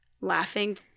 laughing